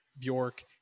Bjork